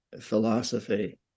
philosophy